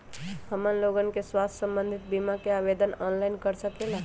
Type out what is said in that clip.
हमन लोगन के स्वास्थ्य संबंधित बिमा का आवेदन ऑनलाइन कर सकेला?